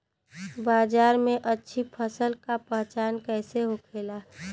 बाजार में अच्छी फसल का पहचान कैसे होखेला?